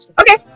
Okay